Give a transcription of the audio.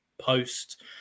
post